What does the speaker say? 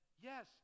Yes